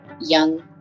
young